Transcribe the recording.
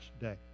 day